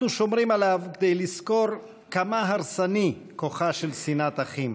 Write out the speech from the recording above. אנחנו שומרים עליו כדי לזכור כמה הרסני כוחה של שנאת אחים.